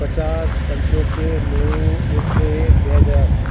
પચાસ પંચોતેર નેવું એકસો એક બે હજાર